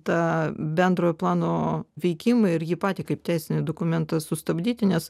tą bendrojo plano veikimą ir jį patį kaip teisinį dokumentą sustabdyti nes